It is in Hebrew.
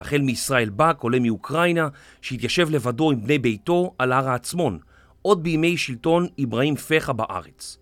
החל מישראל בא, כולל מאוקראינה, שהתיישב לבדו עם בני ביתו על הר העצמון, עוד בימי שלטון עבראים פחה בארץ